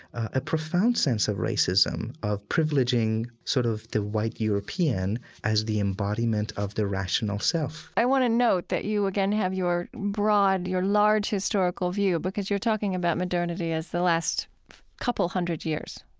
a profound sense of racism, of privileging sort of the white european as the embodiment of the rational self i want to note that you, again, have your broad, your large historical view because you're talking about modernity as the last couple hundred years,